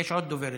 יש עוד דוברת,